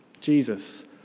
Jesus